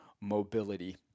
mobility